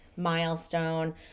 Milestone